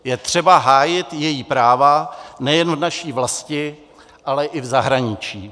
Je třeba hájit její práva nejen v naší vlasti, ale i v zahraničí.